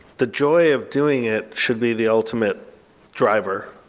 the joy of doing it should be the ultimate driver.